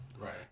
Right